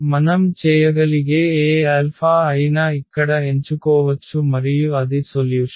మనం చేయగలిగే ఏ Alpha అయినా ఇక్కడ ఎంచుకోవచ్చు మరియు అది సొల్యూషన్